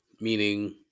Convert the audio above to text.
meaning